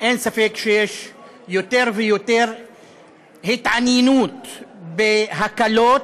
אין ספק שיש יותר ויותר התעניינות בהקלות